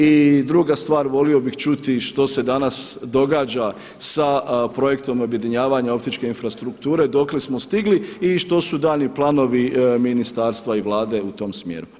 I druga stvar, volio bih čuti što se danas događa sa projektom objedinjavanja optičke infrastrukture, dokle smo stigli i što su daljnji planovi ministarstva i Vlade u tom smjeru.